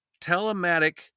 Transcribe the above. telematic